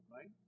right